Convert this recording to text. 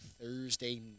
Thursday